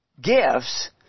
gifts